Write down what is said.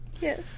Yes